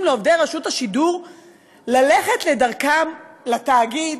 לעובדי רשות השידור ללכת לדרכם לתאגיד,